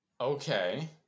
Okay